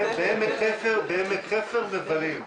יודעים שבעמק חפר מבלים.